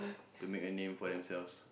to make a name for themselves